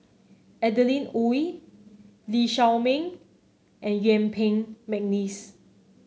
Adeline Ooi Lee Shao Meng and Yuen Peng McNeice